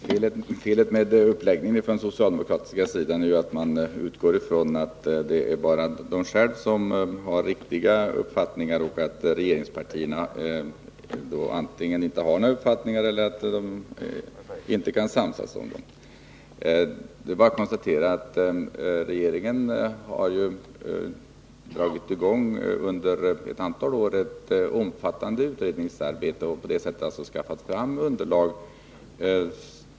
Herr talman! Felet med uppläggningen från den socialdemokratiska sidan är att de utgår från att det bara är de själva som har riktiga uppfattningar och att regeringspartierna antingen inte har några uppfattningar eller inte kan samsas om dem. Det är bara att konstatera att regeringen under ett antal år har dragit i gång ett omfattande utredningsarbete och på det sättet skaffat fram underlag.